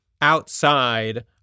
outside